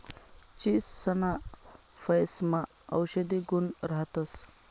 चीचसना फयेसमा औषधी गुण राहतंस